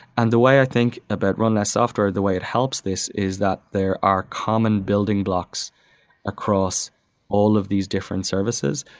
and the way i think about run less software, the way it helps this is that there are common building blocks across all of these different services.